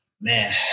Man